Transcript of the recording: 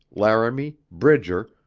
laramie, bridger,